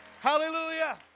Hallelujah